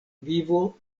vivo